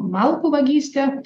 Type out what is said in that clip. malkų vagystė